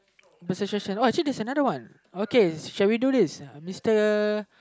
actually there's another one okay shall we do this Mister